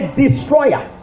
destroyer